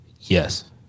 Yes